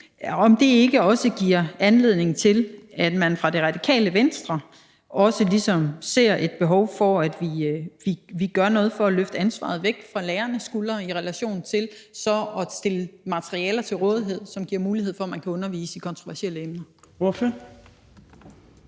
om det ikke også giver anledning til, at man fra Det Radikale Venstres side ligesom ser et behov for, at vi gør noget for at løfte ansvaret væk fra lærernes skuldre i relation til så at stille materialer til rådighed, som giver mulighed for, at man kan undervise i kontroversielle emner. Kl.